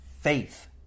faith